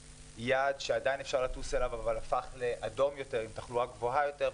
יעד שעדין אפשר לטוס אליו אבל הפך לאדום יותר עם תחלואה גבוהה יותר,